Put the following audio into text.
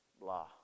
blah